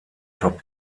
top